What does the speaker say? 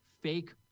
fake